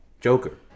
Joker